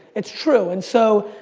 it's true and so,